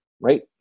right